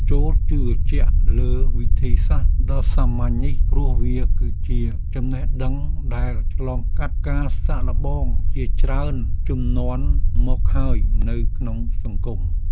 ចូរជឿជាក់លើវិធីសាស្ត្រដ៏សាមញ្ញនេះព្រោះវាគឺជាចំណេះដឹងដែលឆ្លងកាត់ការសាកល្បងជាច្រើនជំនាន់មកហើយនៅក្នុងសង្គម។